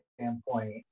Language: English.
standpoint